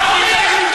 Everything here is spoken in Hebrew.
לא יכול להיות,